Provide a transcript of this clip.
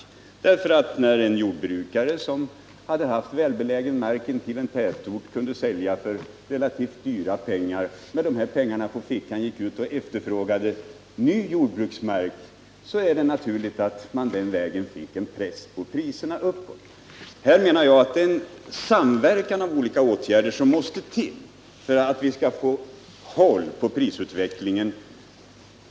När en jordbrukare som hade välbelägen mark intill en tätort kunde sälja för relativt dyra pengar och med dessa på fickan kunde gå ut och efterfråga ny jordbruksmark, är det naturligt att det på detta sätt uppstod en press uppåt på priserna. Jag menar att samverkan av olika åtgärder måste till för att vi skall få kontroll över prisutvecklingen.